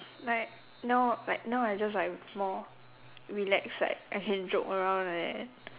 like now like now I just like more relax like I can joke around like that